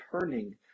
turning